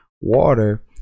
water